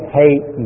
hate